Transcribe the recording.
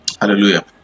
Hallelujah